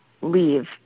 leave